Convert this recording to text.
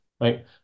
Right